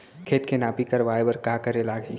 खेत के नापी करवाये बर का करे लागही?